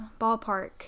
ballpark